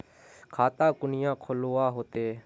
खाता कुनियाँ खोलवा होते?